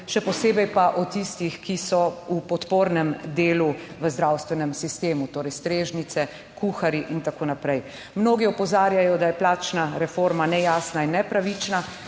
Še posebej pa o tistih, ki so v podpornem delu v zdravstvenem sistemu, torej strežnice, kuharji in tako naprej. Mnogi opozarjajo, da je plačna reforma nejasna in nepravična.